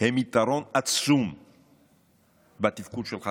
הם יתרון עצום בתפקוד שלך